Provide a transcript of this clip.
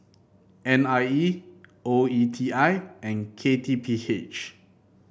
N I E O E T I and K T P H